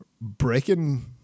breaking